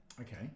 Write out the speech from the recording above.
Okay